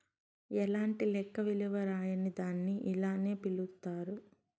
ఎలాంటి లెక్క విలువ రాయని దాన్ని ఇలానే పిలుత్తారు